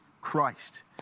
Christ